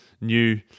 new